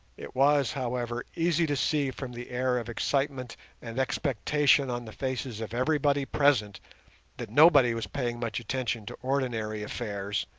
it was, however, easy to see from the air of excitement and expectation on the faces of everybody present that nobody was paying much attention to ordinary affairs,